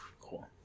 cool